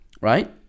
right